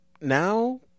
now